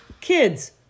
Kids